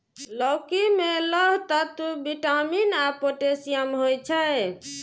लौकी मे लौह तत्व, विटामिन आ पोटेशियम होइ छै